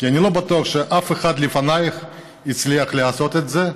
כי אני בטוח שאף אחד לפניך לא הצליח לעשות את זה,